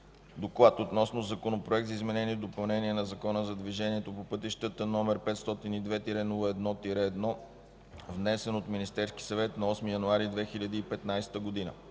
„ДОКЛАД относно Законопроект за изменение и допълнение на Закона за движението по пътищата, № 502-01-1, внесен от Министерския съвет на 8 януари 2015 г.